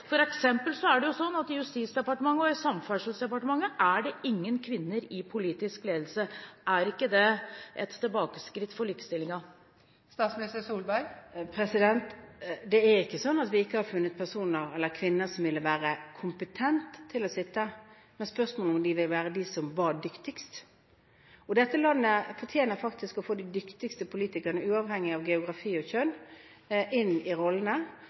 er det sånn at i Justisdepartementet og i Samferdselsdepartementet er det ingen kvinner i politisk ledelse. Er ikke det et tilbakeskritt for likestillingen? Det er ikke slik at vi ikke har funnet kvinner som ville være kompetente her, men spørsmålet var om de ville være de som var dyktigst. Dette landet fortjener å få de dyktigste politikerne uavhengig av geografi og kjønn, inn i rollene.